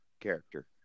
character